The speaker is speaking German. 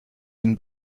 ihnen